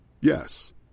Yes